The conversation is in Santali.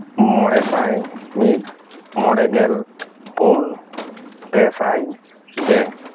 ᱢᱚᱬᱮ ᱥᱟᱭ ᱢᱤᱫ ᱢᱚᱬᱮ ᱜᱮᱞ ᱯᱩᱱ ᱯᱮ ᱥᱟᱭ ᱯᱮ